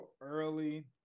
early